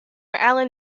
alan